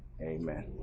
Amen